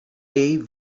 jej